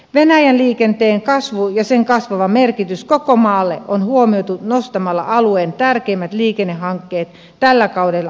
venäjän liikenteen kasvu ja sen kasvava merkitys koko maalle on huomioitu nostamalla alueen tärkeimmät liikennehankkeet tällä kaudella aloitettavien listalle